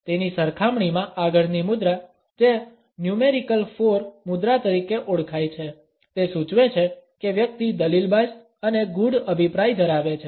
તેની સરખામણીમાં આગળની મુદ્રા જે ન્યુમેરિકલ 4 મુદ્રા તરીકે ઓળખાય છે તે સૂચવે છે કે વ્યક્તિ દલીલબાજ અને ગૂઢ અભિપ્રાય ધરાવે છે